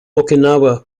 okinawa